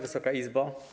Wysoka Izbo!